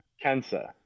cancer